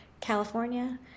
california